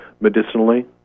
medicinally